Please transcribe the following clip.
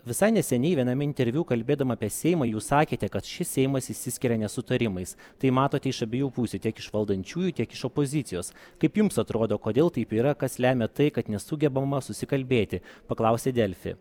visai neseniai viename interviu kalbėdama apie seimą jūs sakėte kad šis seimas išsiskiria nesutarimais tai matote iš abiejų pusių tiek iš valdančiųjų tiek iš opozicijos kaip jums atrodo kodėl taip yra kas lemia tai kad nesugebama susikalbėti paklausė delfi